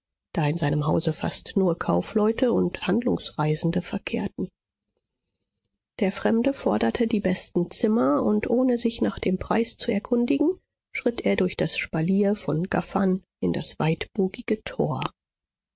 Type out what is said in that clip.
da in seinem hause fast nur kaufleute und handlungsreisende verkehrten der fremde forderte die besten zimmer und ohne sich nach dem preis zu erkundigen schritt er durch das spalier von gaffern in das weitbogige tor